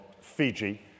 Fiji